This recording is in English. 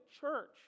church